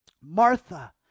Martha